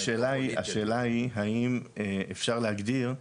השאלה היא האם אפשר להגיד,